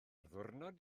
ddiwrnod